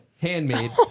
Handmade